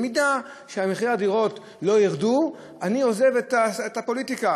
אם מחירי הדירות לא ירדו אני עוזב את הפוליטיקה,